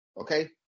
Okay